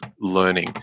learning